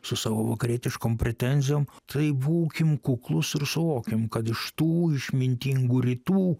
su savo vakarietiškom pretenzijom tai būkim kuklūs ir suvokim kad iš tų išmintingų rytų